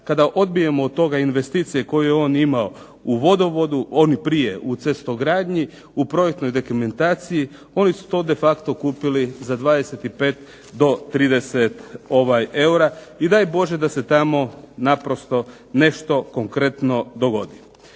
Kada odbijemo od toga investicije koje je on imao u vodovodu oni prije u cestogradnji u projektnoj dokumentaciji oni su to de facto kupili za 25 do 30 eura. I daj Bože da se tamo nešto konkretno dogodi.